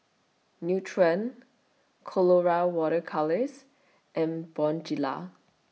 Nutren Colora Water Colours and Bonjela